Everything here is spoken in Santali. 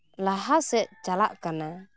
ᱞᱟᱦᱟ ᱥᱮᱫ ᱪᱟᱞᱟᱜ ᱠᱟᱱᱟ